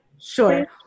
Sure